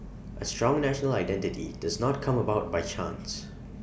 A strong national identity does not come about by chance